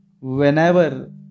whenever